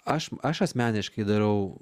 aš aš asmeniškai darau